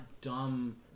dumb